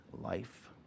life